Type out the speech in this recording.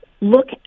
Look